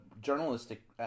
journalistic